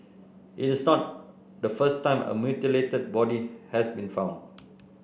it is not the first time a mutilated body has been found